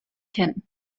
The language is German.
kennen